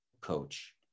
coach